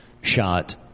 shot